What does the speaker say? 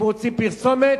אם רוצים פרסומת,